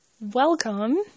welcome